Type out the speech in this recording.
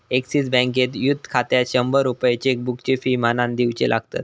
axis बँकेत youth खात्यात शंभर रुपये चेकबुकची फी म्हणान दिवचे लागतत